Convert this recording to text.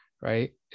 right